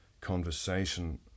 conversation